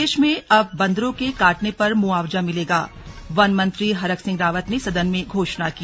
प्रदेश में अब बंदरों के काटने पर मुआवजा मिलेगावन मंत्री हरक सिंह रावत ने सदन में घोषणा की